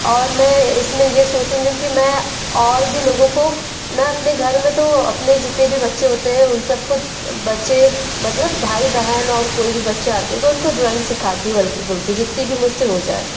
और मैं इसमें ये सोचूँगी कि मैं और भी लोगों को मैं अपने घर में तो अपने जितने भी बच्चे होते हैं उन सब को बच्चे मतलब भाई बहन और कोई भी बच्चा आते हैं तो उनको ड्राइंग सीखाती हूँ हल्की फुल्की जितनी भी मुझसे हो जाए